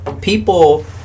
people